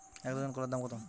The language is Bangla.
এক ডজন কলার দাম কত?